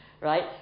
right